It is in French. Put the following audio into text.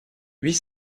huit